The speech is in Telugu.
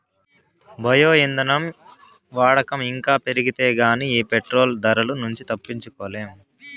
బయో ఇంధనం వాడకం ఇంకా పెరిగితే గానీ ఈ పెట్రోలు ధరల నుంచి తప్పించుకోలేం